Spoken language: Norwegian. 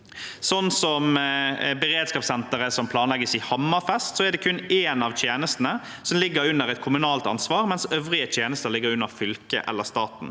Ved beredskapssenteret som planlegges i Hammerfest, er det kun én av tjenestene som ligger under kommunalt ansvar, mens øvrige tjenester ligger under fylket eller staten.